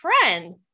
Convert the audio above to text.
friend